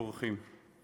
אורחים,